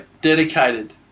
dedicated